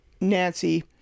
Nancy